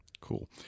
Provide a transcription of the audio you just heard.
Cool